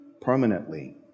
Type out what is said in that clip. permanently